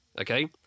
okay